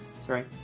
Sorry